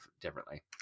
differently